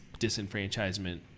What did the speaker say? disenfranchisement